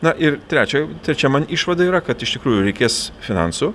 na ir trečia trečia man išvada yra kad iš tikrųjų reikės finansų